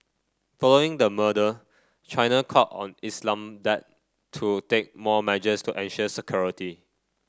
following the murder China called on Islamabad to take more measures to ensure security